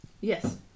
Yes